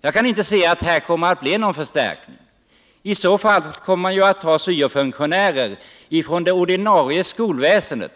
Jag kan inte se att det här kommer att bli någon förstärkning. Man kommer i stället att ta syo-funktionärer från det ordinarie skolväsendet